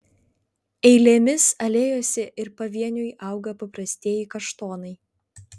eilėmis alėjose ir pavieniui auga paprastieji kaštonai